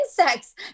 insects